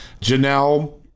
Janelle